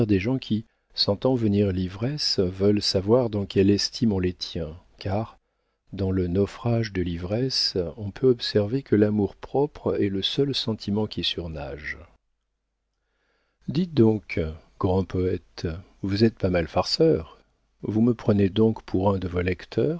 des gens qui sentant venir l'ivresse veulent savoir dans quelle estime on les tient car dans le naufrage de l'ivresse on peut observer que l'amour-propre est le seul sentiment qui surnage dites donc grand poëte vous êtes pas mal farceur vous me prenez donc pour un de vos lecteurs